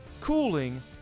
cooling